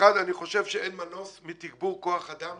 אני חושב שאין מנוס מתגבור כוח אדם